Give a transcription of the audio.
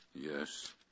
Yes